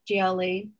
GLA